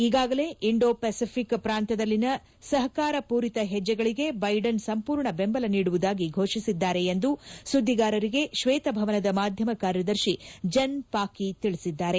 ಈಗಾಗಲೇ Indo Pacific ಪ್ರಾಂತ್ಯದಲ್ಲಿನ ಸಹಕಾರಪೂರಿತ ಹೆಜ್ಜೆಗಳಿಗೆ ಬೈಡೆನ್ ಸಂಪೂರ್ಣ ಬೆಂಬಲ ನೀಡುವುದಾಗಿ ಘೋಷಿಸಿದ್ದಾರೆ ಎಂದು ಸುದ್ದಿಗಾರರಿಗೆ ಶ್ವೇತಭವನದ ಮಾಧ್ಯಮ ಕಾರ್ಯದರ್ತಿ ಜೆನ್ ಪಾಕಿ ತಿಳಿಸಿದ್ದಾರೆ